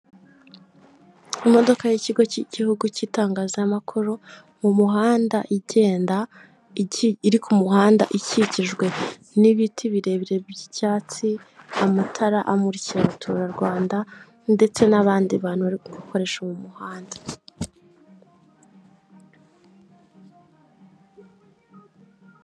Ubwoko bw'amafaranga atandukanye kandi abarwa bitandukanye birimo biragaragara ko ari amafaranga yo mu bihugu bitandukanye rero buri gihugu kiba kigiye gifite amafaranga gikoresha amafaranga kandi ni meza kuko akora ibintu byinshi bitandukanye mirongo inani kwi ijana muri ubu buzima ni amafaranga cyane cyane ko usigaye ajya no kwa muganga mbere yuko uvurwa bikagusaba kubanza kwishyura nibwo uhita umenya akamaro k'amafaranga